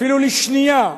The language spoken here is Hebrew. אפילו לשנייה,